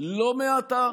לא מעטה,